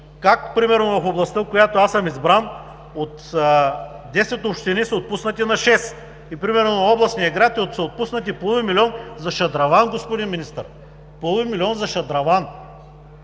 как примерно областта, в която аз съм избран, от десет общини са отпуснати на шест. И примерно на областния град са отпуснати половин милион за шадраван господин Министър, половин милион за шадраван!